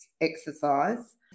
exercise